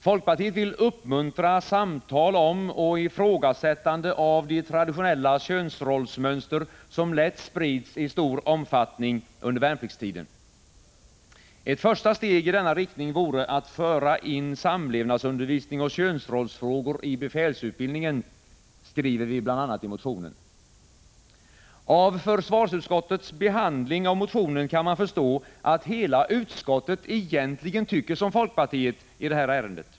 Folkpartiet vill uppmuntra samtal om och ifrågasättande av de traditionella könsrollsmönster som lätt sprids i stor omfattning under värnpliktstiden. Ett första steg i denna riktning vore att föra in samlevnadsundervisning och könsrollsfrågor i befälsutbildningen, skriver vi bl.a. i motionen. Av försvarsutskottets behandling av motionen kan man förstå att hela utskottet egentligen tycker som folkpartiet i det här ärendet.